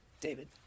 David